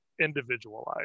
individualized